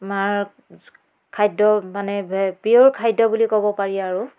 মা খাদ্য মানে পিয়'ৰ খাদ্য বুলি ক'ব পাৰি আৰু